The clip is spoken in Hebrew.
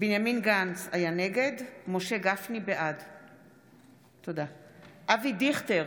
בנימין גנץ, נגד משה גפני, בעד אבי דיכטר,